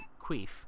queef